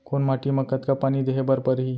कोन माटी म कतका पानी देहे बर परहि?